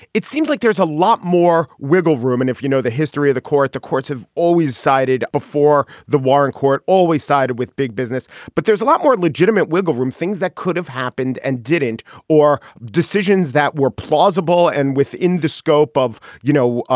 it seems like there's a lot more wiggle room. and if you know the history of the court, the courts have always sided before. the warren court always sided with big business. but there's a lot more legitimate wiggle room things that could have happened and didn't or decisions that were plausible and within the scope of, you know,